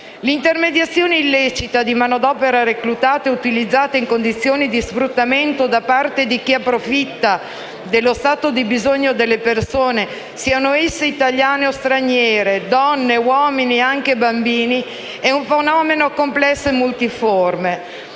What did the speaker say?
L'intermediazione illecita di manodopera reclutata e utilizzata in condizioni di sfruttamento da parte di chi approfitta dello stato di bisogno delle persone, siano esse italiane o straniere, donne, uomini e anche bambini, è un fenomeno complesso e multiforme.